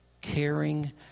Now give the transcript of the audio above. caring